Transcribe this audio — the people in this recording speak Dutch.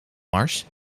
mars